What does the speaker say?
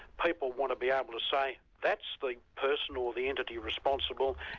people want to be able to say, that's the person, or the entity, responsible,